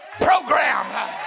program